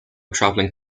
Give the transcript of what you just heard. traveling